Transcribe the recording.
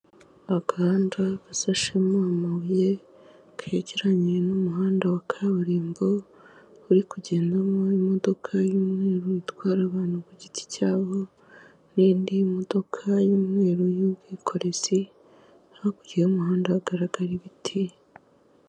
Agahanda gasashemo amabuye kegeranye n'umuhanda wa kaburimbo uri kugendamo imodoka y'umweru itwara abantu ku giti cyabo, n'indi modoka y'umweru y'ubwikorezi, hakurya y'umuhanda hagaragara ibiti.